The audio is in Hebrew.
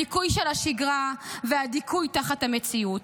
הדיכוי של השגרה והדיכוי תחת המציאות.